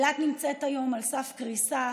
אילת נמצאת היום על סף קריסה,